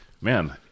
man